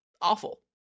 awful